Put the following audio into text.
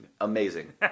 Amazing